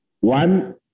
One